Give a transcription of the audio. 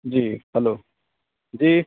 جی hello جی